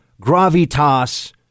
gravitas